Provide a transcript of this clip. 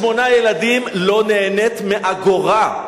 עם שמונה ילדים, לא נהנית מאגורה,